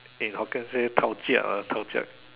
in Hokkien say